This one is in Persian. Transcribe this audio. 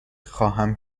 خواهم